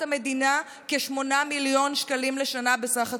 המדינה כ-8 מיליון שקלים לשנה בסך הכול,